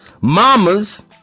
mama's